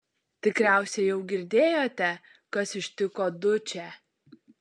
tikriausiai jau girdėjote kas ištiko dučę